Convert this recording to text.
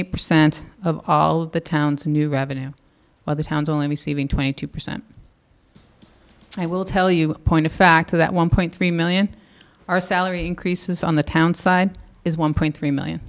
eight percent of all of the town's new revenue for the town's only receiving twenty two percent i will tell you point of fact to that one point three million our salary increases on the town side is one point three million